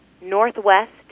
northwest